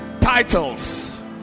titles